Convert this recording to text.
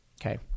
Okay